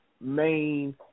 main